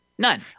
None